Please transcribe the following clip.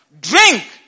Drink